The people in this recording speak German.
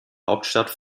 hauptstadt